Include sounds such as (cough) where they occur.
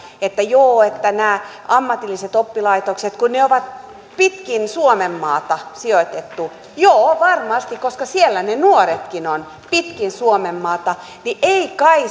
että joo nämä ammatilliset oppilaitokset kun ne on pitkin suomenmaata sijoitettu joo varmasti koska siellä ne nuoretkin ovat pitkin suomenmaata niin eivät kai (unintelligible)